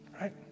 right